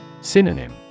Synonym